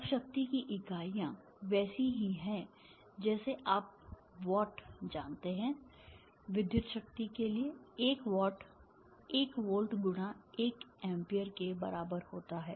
अब शक्ति की इकाइयाँ वैसी ही हैं जैसे आप वाट जानते हैं विद्युत शक्ति के लिए 1 वाट 1 वोल्ट × 1 एम्पीयर के बराबर होता है